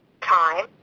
Time